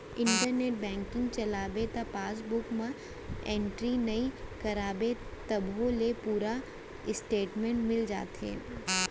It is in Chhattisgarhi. इंटरनेट बेंकिंग चलाबे त पासबूक म एंटरी नइ कराबे तभो ले पूरा इस्टेटमेंट मिल जाथे